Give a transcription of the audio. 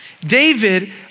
David